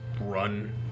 run